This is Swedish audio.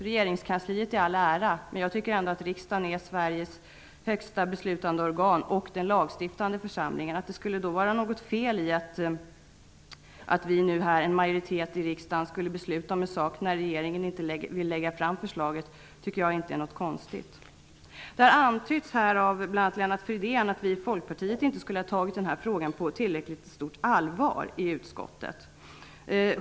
Regeringskansliet i all ära, men riksdagen är ändå Sveriges högsta beslutande organ och den lagstiftande församlingen. Att en majoritet i riksdagen fattar ett beslut när regeringen inte vill lägga fram förslaget tycker jag därför inte är något konstigt. Det har antytts av bl.a. Lennart Fridén att vi i Folkpartiet inte skulle ha tagit denna fråga på tillräckligt stort allvar.